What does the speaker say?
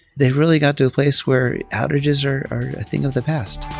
they really got to a place where outages are are a thing of the past.